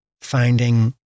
finding